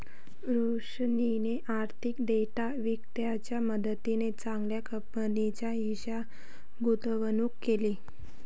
रोशनीने आर्थिक डेटा विक्रेत्याच्या मदतीने चांगल्या कंपनीच्या हिश्श्यात गुंतवणूक केली